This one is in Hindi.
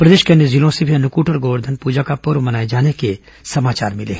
प्रदेश के अन्य जिलों से भी अन्नकूट और गोवर्धन पूजा का पर्व मनाए जाने के समाचार मिले हैं